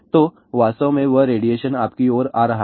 तो वास्तव में वह रेडिएशन आपकी ओर आ रहा है